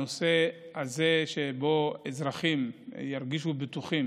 הנושא הזה שבו אזרחים ירגישו בטוחים